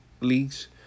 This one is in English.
leagues